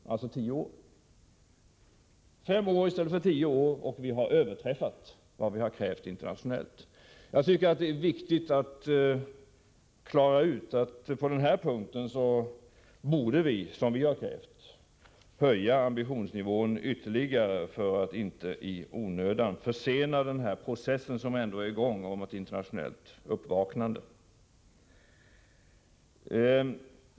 Det har gått fem av de tio åren, och vi har överträffat vad vi har krävt internationellt. Det är därför viktigt att slå fast att vi på den här punkten borde höja ambitionsnivån ytterligare, vilket vi har krävt, för att inte i onödan försena den process som pågår i form av ett internationellt uppvaknande.